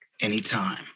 anytime